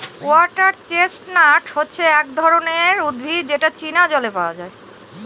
water chestnut হচ্ছে এক ধরনের উদ্ভিদ যেটা চীনা জলে পাওয়া যায়